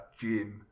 jim